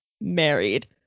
married